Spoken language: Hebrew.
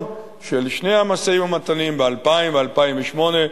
של שני המשאים-ומתנים ב-2000 ו-2008,